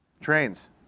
Trains